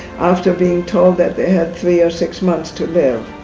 after being told that they had three or six months to live.